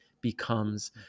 becomes